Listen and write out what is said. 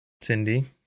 Cindy